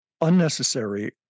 unnecessary